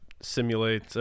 simulate